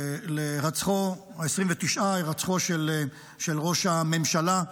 ה-29, להירצחו של ראש הממשלה.